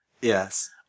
yes